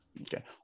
Okay